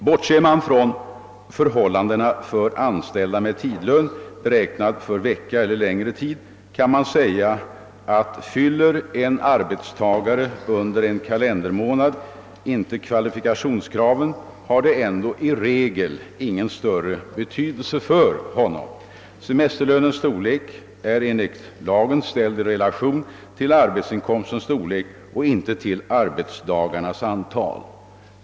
Bortser man från förhållandena för anställda med tidlön beräknad för vecka eller längre tid kan man säga att om en arbetstagare under en kalendermånad inte fyller kvalifikationskraven har detta i regel ingen större betydelse för honom. Semesterlönens storlek är nämligen enligt lagen ställd i relation till arbetsinkomstens storlek och inte till arbetsdagarnas antal.